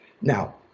Now